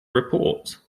report